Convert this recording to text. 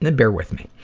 and bear with me.